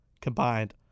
combined